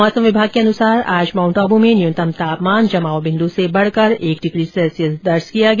मौसम विभाग के अनुसार आज माउंट आबू में न्यूनतम तापमान जमाव बिन्दू से बढ़कर एक डिग्री सैल्सियस दर्ज किया गया